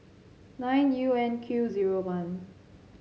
nine U N Q zero one